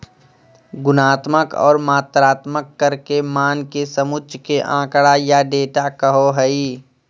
गुणात्मक और मात्रात्मक कर के मान के समुच्चय के आँकड़ा या डेटा कहो हइ